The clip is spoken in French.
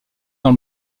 dans